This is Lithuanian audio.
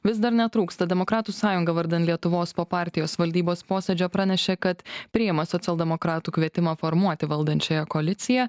vis dar netrūksta demokratų sąjunga vardan lietuvos po partijos valdybos posėdžio pranešė kad priima socialdemokratų kvietimą formuoti valdančiąją koaliciją